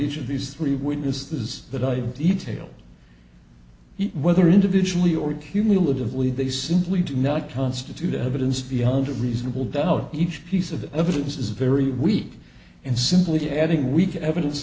each of these three witnesses that i detail whether individually or cumulatively they simply do not constitute evidence beyond a reasonable doubt each piece of evidence is very weak and simply adding weak evidence